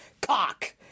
cock